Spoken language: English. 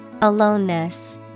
Aloneness